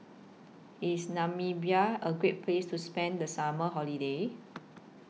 IS Namibia A Great Place to spend The Summer Holiday